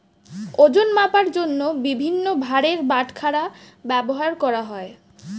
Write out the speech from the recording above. ওজন মাপার জন্য বিভিন্ন ভারের বাটখারা ব্যবহার করা হয়